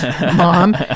Mom